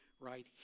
right